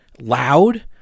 loud